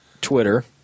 Twitter